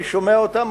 אני שומע אותם,